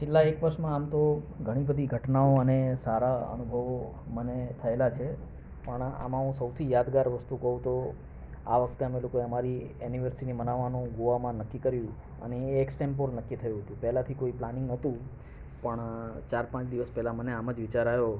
છેલ્લા એક વર્ષમાં આમ તો ઘણી બધી ઘટનાઓ અને સારા અનુભવો મને થયેલા છે પણ આમાં હું સૌથી યાદગાર વસ્તુ કહું તો આ વખતે અમે લોકો અમારી એનિવર્સરી મનાવવાનું ગોવામાં નક્કી કર્યું અને એ એક્સટેમ્પોર નક્કી થયું હતું પહેલાંથી કોઈ પ્લાનિંગ નહોતું પણ ચાર પાંચ દિવસ પહેલાં મને આમ જ વિચાર આવ્યો